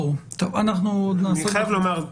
אני חייב לומר,